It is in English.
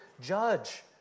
judge